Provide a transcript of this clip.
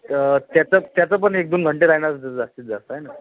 तर त्याचं त्याचं पण एक दोन घंटे राहणार जास्तीत जास्त आहे ना